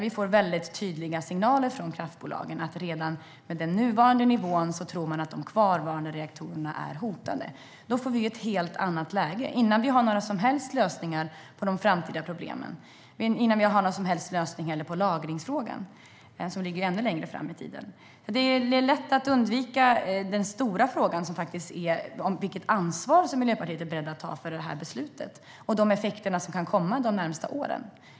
Vi får tydliga signaler från kraftbolagen om att de redan med den nuvarande nivån tror att de kvarvarande reaktorerna är hotade. Då får vi ett helt annat läge, innan vi har några som helst lösningar på de framtida problemen, innan vi har någon som helst lösning på lagringsfrågan som ligger ännu längre fram i tiden. Det är lätt att undvika den stora frågan, nämligen vilket ansvar Miljöpartiet är berett att ta för beslutet och de effekter som kan komma ut av det under de närmaste åren.